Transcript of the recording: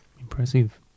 Impressive